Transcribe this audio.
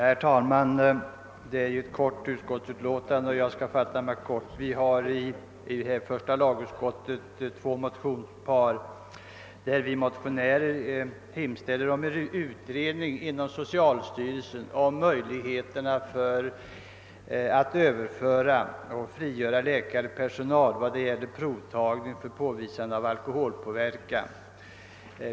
Herr talman! Föreliggande utskottsutlåtande är mycket kortfattat, och jag skall också fatta mig kort. Första lagutskottets utlåtande nr 19 behandlar ett motionspar, i vilket vi motionärer hemställer om utredning inom socialstyrelsen av möjligheterna att i största möjliga omfattning frigöra läkarpersonal från arbete med provtagning för påvisande av alkoholpåverkan.